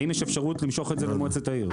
האם יש אפשרות למשוך את זה למועצת העיר?